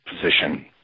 position